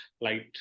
light